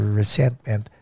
resentment